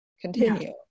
continue